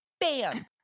Bam